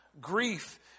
Grief